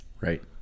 Right